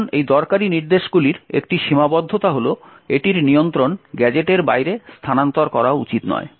এখন এই দরকারী নির্দেশগুলির একটি সীমাবদ্ধতা হল এটির নিয়ন্ত্রণ গ্যাজেটের বাইরে স্থানান্তর করা উচিত নয়